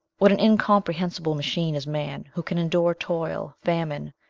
what an incomprehensible machine is man! who can endure toil, famine,